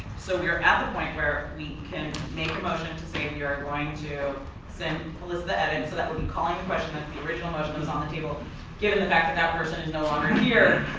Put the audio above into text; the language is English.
so we're at the point where we can make a motion to say we're going to send melissa edits. so that we'll be calling question that the original motion is on the table given the fact that that person is no longer here,